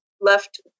left